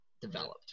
developed